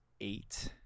eight